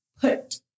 put